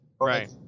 Right